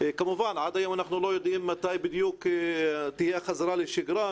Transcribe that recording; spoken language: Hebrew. כמובן שעד היום אנחנו לא יודעים מתי בדיוק תהיה חזרה לשגרה,